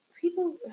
People